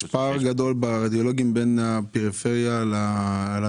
יש פער גדול במספר הרדיולוגים בין הפריפריה למרכז.